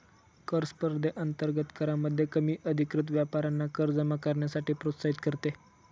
कर स्पर्धेअंतर्गत करामध्ये कमी अधिकृत व्यापाऱ्यांना कर जमा करण्यासाठी प्रोत्साहित करते